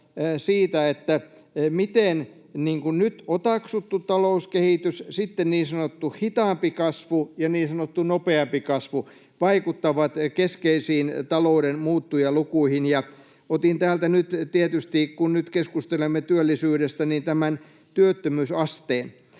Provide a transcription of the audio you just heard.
siitä, miten nyt otaksuttu talouskehitys, sitten niin sanottu hitaampi kasvu ja niin sanottu nopeampi kasvu vaikuttavat keskeisiin talouden muuttujalukuihin, ja otin täältä nyt tietysti, kun nyt keskustelemme työllisyydestä, tämän työttömyysasteen.